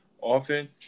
often